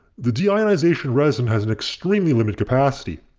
the deionization resin has and extremely limited capacity.